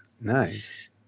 Nice